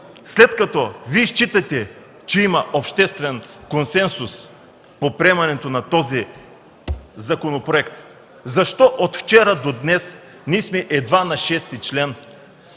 след като Вие считате, че има обществен консенсус по приемането на този законопроект, защо от вчера до днес сме едва на чл.